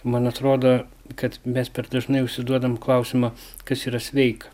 man atrodo kad mes per dažnai užsiduodam klausimą kas yra sveika